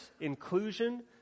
inclusion